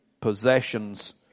possessions